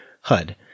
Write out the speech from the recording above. HUD